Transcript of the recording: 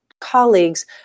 colleagues